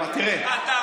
אתה אמרת.